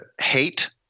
hate